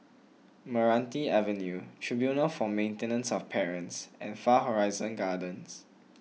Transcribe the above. Meranti Avenue Tribunal for Maintenance of Parents and Far Horizon Gardens